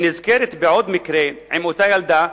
היא נזכרת בעוד מקרה עם אותה ילדה: